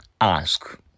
ask